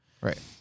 Right